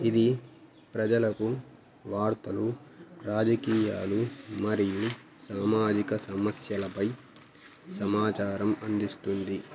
ఇది ప్రజలకు వార్తలు రాజకీయాలు మరియు సామాజిక సమస్యలపై సమాచారం అందిస్తుంది